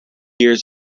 years